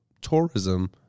tourism